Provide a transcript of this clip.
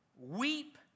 weep